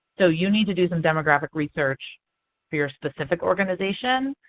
so you need to do some demographic research for your specific organization.